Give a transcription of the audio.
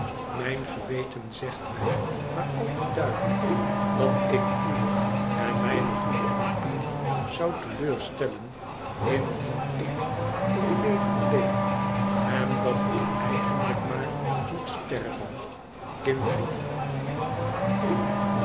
mijn geweten zegt mij maar al te duidelijk dat ik uwe en mijne goede opinie zou te leur stellen indien ik in leven bleef en dat ik eigenlijk maar moet sterven